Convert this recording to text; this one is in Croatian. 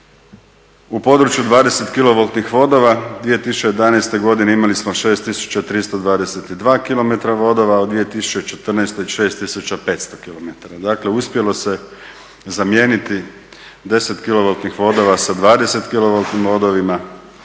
u području 20 kilovoltnih vodova 2011.godine imali smo 6322 km vodova, a u 2014. 6500 km, dakle uspjelo se zamijeniti 10 kilovoltnih vodova